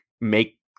make